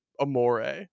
Amore